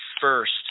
first –